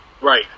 Right